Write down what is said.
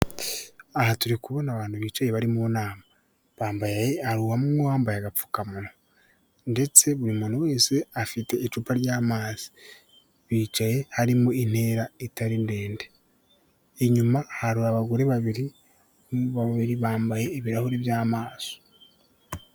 Aha turi kubona abantu bicaye bari mu nama. Bambaye hari umwe wambaye agapfukamunwa. Ndetse buri muntu wese afite icupa ry'amazi. Bicaye harimo intera itari ndende. Inyuma hari babiri, babiri bambaye ibirahuri by'amaso.